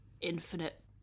infinite